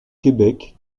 québec